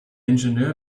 ingenieur